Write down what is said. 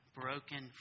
broken